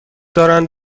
دارند